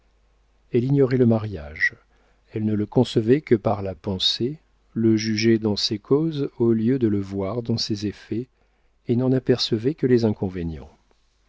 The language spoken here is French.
elle ignorait le mariage elle ne le concevait que par la pensée le jugeait dans ses causes au lieu de le voir dans ses effets et n'en apercevait que les inconvénients